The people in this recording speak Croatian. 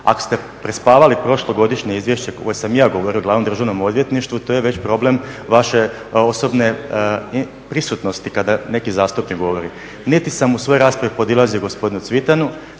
Ako ste prespavali prošlogodišnje izvješće koje sam ja govorio glavnom državnom odvjetništvu to je već problem vaše osobne prisutnosti kada neki zastupnik govori. Niti sam u svojoj raspravi podilazio gospodinu Cvitanu,